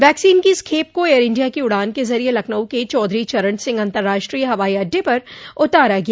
vaccine की इस खेप को एयर इंडिया की उड़ान के जरिये लखनऊ के चौधरी चरण सिंह अतंर्राष्ट्रीय हवाई अड्डे पर उतारा गया